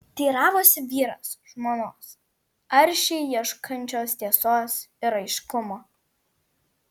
teiravosi vyras žmonos aršiai ieškančios tiesos ir aiškumo